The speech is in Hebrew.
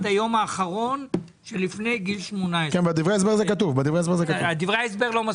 עד היום האחרון שלפני גיל 18. בדרי ההסבר זה כתוב.